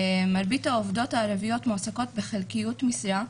מרבית העובדות הערביות מועסקות בחלקיות משרה,